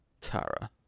tara